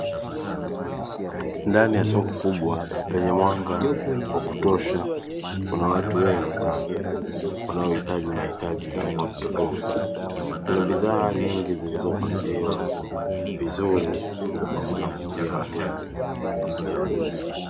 Ndani ya soko kubwa lenye mwanga wa kutosha, kuna watu wengi sana wanaohitaji mahitaji tofautitofauti. Kuna bidhaa nyingi, zilizopangiliwa vizuri na zinavutia wateja.